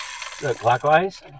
clockwise